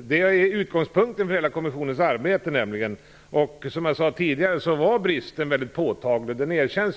Det är nämligen utgångspunkten för hela kommissionens arbete. Som jag sade var också bristen påtaglig tidigare.